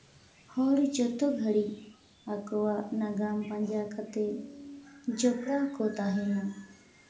ᱦᱚᱲ ᱡᱚᱛᱚ ᱜᱷᱟᱹᱲᱤᱡᱽ ᱟᱠᱚᱣᱟᱜ ᱱᱟᱜᱟᱢ ᱯᱟᱸᱡᱟ ᱠᱟᱛᱮᱜ ᱡᱚᱯᱲᱟᱣ ᱠᱚ ᱛᱟᱦᱮᱱᱟ